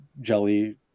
jelly